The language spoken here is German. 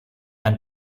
ein